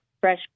fresh